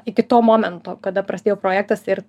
iki to momento kada prasidėjo projektas ir